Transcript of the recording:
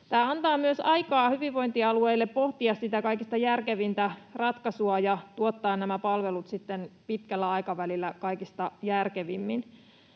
Tämä antaa myös aikaa hyvinvointialueille pohtia sitä kaikista järkevintä ratkaisua ja tuottaa nämä palvelut pitkällä aikavälillä kaikista järkevimmin.